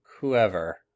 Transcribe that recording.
whoever